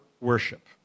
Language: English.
worship